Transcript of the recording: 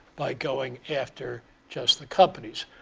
by going after just the companies.